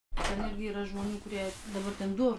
ten irgi yra žmonių kurie dabar ten du